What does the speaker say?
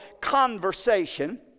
conversation